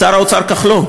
שר האוצר כחלון,